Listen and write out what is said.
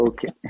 Okay